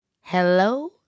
Hello